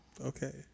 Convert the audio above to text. Okay